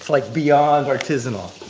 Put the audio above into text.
like, beyond artisanal.